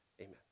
Amen